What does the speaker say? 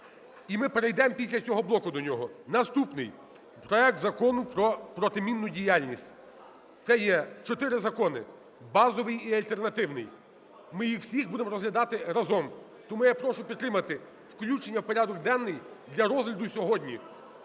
І ми перейдемо після цього блоку до нього. Наступний: проект Закону про протимінну діяльність. Це є чотири закони: базовий і альтернативні. Ми їх всіх будемо розглядати разом. Тому я прошу підтримати включення у порядок денний для розгляду сьогодні,